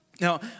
Now